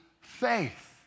faith